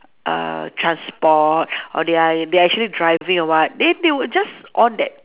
err transport or they are they are actually driving or what then they would just on that